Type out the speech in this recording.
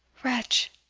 wretch!